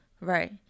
right